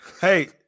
Hey